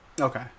okay